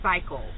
cycle